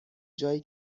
جایی